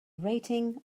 rating